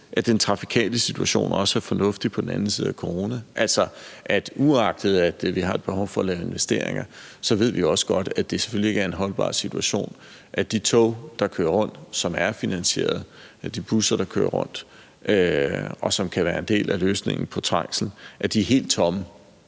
at den trafikale situation også er fornuftig på den anden side af corona. Uagtet at vi har et behov for at lave investeringer, så ved vi også godt, at det selvfølgelig ikke er en holdbar situation, at de tog, som kører rundt, som er finansieret, og at de busser, der kører rundt, og som kan være en del af løsningen på trængsel, er helt tomme.